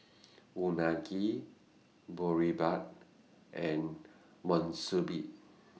Unagi Boribap and